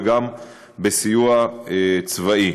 וגם סיוע צבאי.